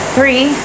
Three